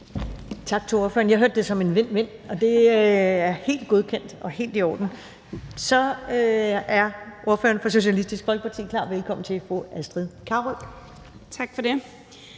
Tak til ordføreren. Jeg hørte det som en vind-vind, og det er helt godkendt og helt i orden. Så er ordføreren for Socialistisk Folkeparti klar. Velkommen til fru Astrid Carøe. Kl.